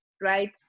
right